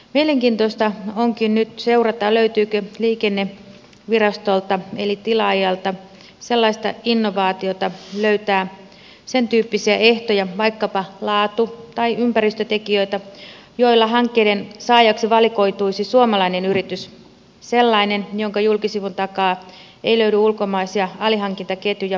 mielenkiintoista onkin nyt seurata löytyykö liikennevirastolta eli tilaajalta sellaista innovaatiota löytää sentyyppisiä ehtoja vaikkapa laatu tai ympäristötekijöitä joilla hankkeiden saajaksi valikoituisi suomalainen yritys sellainen jonka julkisivun takaa ei löydy ulkomaisia alihankintaketjuja suoritusportaana